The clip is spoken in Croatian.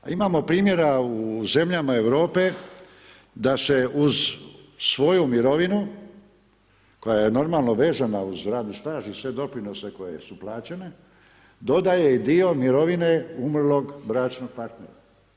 Imamo primjera u zemljama Europe da se uz svoju mirovinu, koja je normalno vezan uz radni staž i sve doprinose koje su plaćene, dodaje i dio mirovine umrlog bračnog partnera.